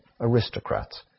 aristocrats